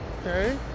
okay